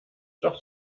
doch